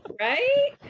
Right